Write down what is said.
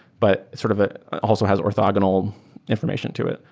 but sort of also has orthogonal information to it.